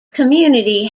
community